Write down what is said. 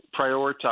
prioritize